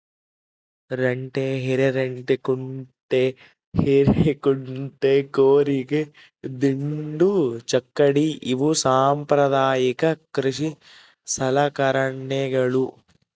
ರಂಟೆ ಹಿರೆರಂಟೆಕುಂಟೆ ಹಿರೇಕುಂಟೆ ಕೂರಿಗೆ ದಿಂಡು ಚಕ್ಕಡಿ ಇವು ಸಾಂಪ್ರದಾಯಿಕ ಕೃಷಿ ಸಲಕರಣೆಗಳು